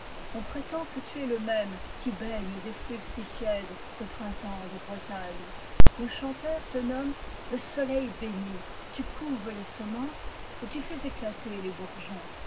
on prétend que tu es le même qui baigne d'effluves si tièdes le printemps de bretagne nos chanteurs te nomment le soleil béni tu couves les semences et tu fais éclater les bourgeons